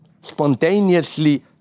spontaneously